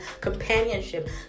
companionship